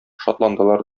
шатландылар